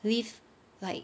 live like